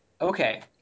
Okay